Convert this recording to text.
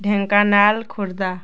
Dhenkanal Khordha